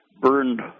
burned